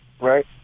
right